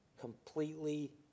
completely